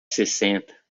sessenta